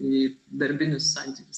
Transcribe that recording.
į darbinius santykius